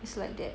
it's like that